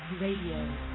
Radio